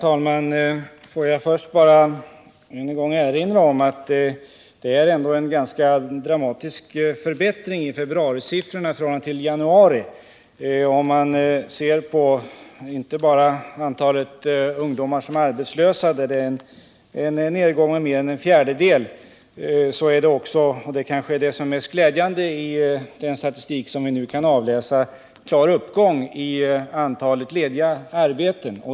Herr talman! Först vill jag än en gång erinra om att det ändå är en ganska dramatisk förbättring i februarisiffrorna i förhållande till januari. Där ser vi inte bara en nedgång i antalet ungdomar som är arbetslösa med mer än en fjärdedel, utan också — och det är kanske det mest glädjande i den statistik som vi nu kan avläsa — en klar uppgång i antalet lediga arbeten.